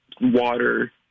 water